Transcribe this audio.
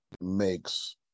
makes